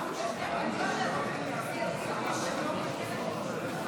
אדוני היושב-ראש, חבריי חברי הכנסת,